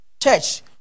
church